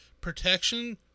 protection